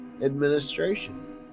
administration